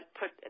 put